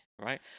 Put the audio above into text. Right